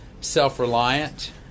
self-reliant